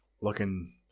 looking